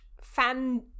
fan